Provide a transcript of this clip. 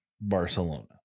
Barcelona